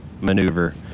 maneuver